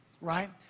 right